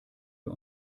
wir